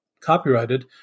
copyrighted